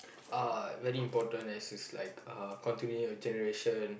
uh very important as is like uh continue your generation